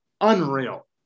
unreal